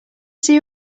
see